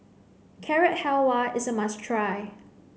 Carrot Halwa is a must try